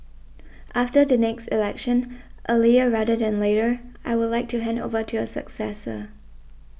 after the next election earlier rather than later I would like to hand over to a successor